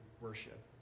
worship